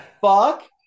fuck